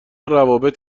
روابط